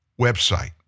website